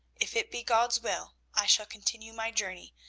if it be god's will, i shall continue my journey,